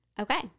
Okay